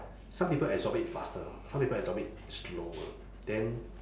some people absorb it faster some people absorb it slower then